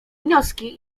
wnioski